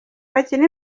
bakina